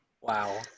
Wow